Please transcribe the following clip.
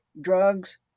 drugs